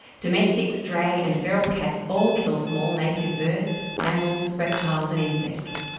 domestic, stray and feral cats all kill small native birds, mammals, reptiles and insects.